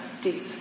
deep